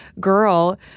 girl